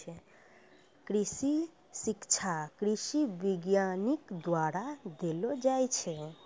कृषि शिक्षा कृषि वैज्ञानिक द्वारा देलो जाय छै